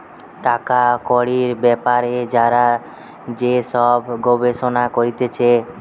টাকা কড়ির বেপারে যারা যে সব গবেষণা করতিছে